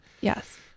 Yes